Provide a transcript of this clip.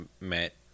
met